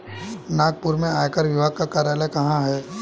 नागपुर में आयकर विभाग का कार्यालय कहाँ है?